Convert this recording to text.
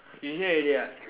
you here already ah